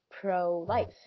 pro-life